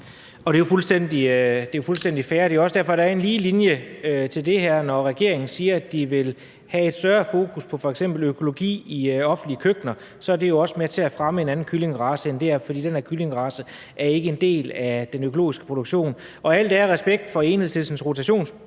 Det er jo fuldstændig fair. Det er også derfor, at der er en lige linje til det her. Når regeringen siger, at de vil have et større fokus på f.eks. økologi i offentlige køkkener, så er det jo også med til at fremme en anden kyllingerace end den her, for den her kyllingerace er ikke en del af den økologiske produktion. Al ære og respekt for Enhedslistens rotationsprincip